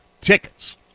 tickets